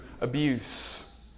abuse